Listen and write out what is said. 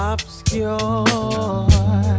Obscure